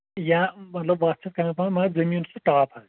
یا مطلب وَتھ چھَس کَم پَہمَتھ مگر زٔمیٖن چھُ ٹاپ حظ